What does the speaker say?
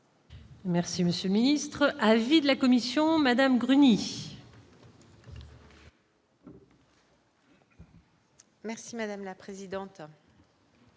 Merci monsieur le ministre, avis de la commission Madame Bruni-. Merci madame la présidente.